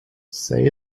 say